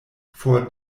for